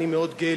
אני מאוד גאה,